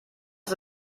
ist